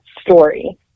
story